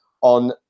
on